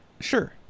sure